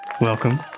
welcome